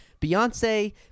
Beyonce